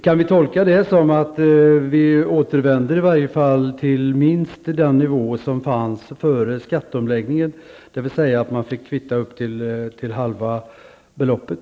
Kan vi tolka detta så att man återvänder åtminstone till den nivå som gällde före skatteomläggningen, då man fick kvitta upp till halva beloppet?